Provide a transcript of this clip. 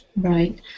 Right